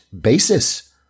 basis